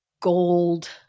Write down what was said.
gold